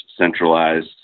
centralized